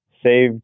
Saved